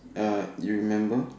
uh you remember